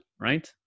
right